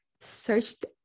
searched